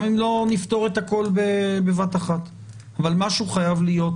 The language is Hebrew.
גם אם לא נפתור את הכול בבת אחת, משהו חייב להיות